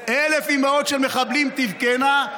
אלף אימהות של מחבלים תבכינה,